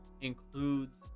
includes